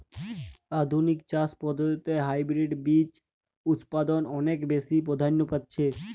আধুনিক চাষ পদ্ধতিতে হাইব্রিড বীজ উৎপাদন অনেক বেশী প্রাধান্য পাচ্ছে